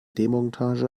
demontage